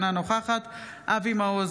אינה נוכחת אבי מעוז,